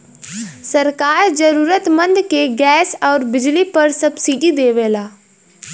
सरकार जरुरतमंद के गैस आउर बिजली पर सब्सिडी देवला